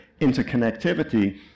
interconnectivity